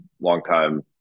longtime